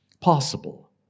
possible